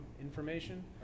information